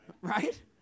Right